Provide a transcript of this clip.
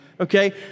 Okay